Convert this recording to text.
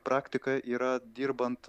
praktika yra dirbant